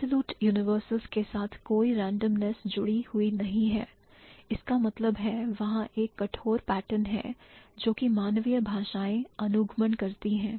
Absolute universals के साथ कोई रेंडमनेस जुड़ी हुई नहीं है इसका मतलब है वहां एक कठोर पैटर्न है जो कि मानवीय भाषाएं अनुगमन करती हैं